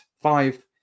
five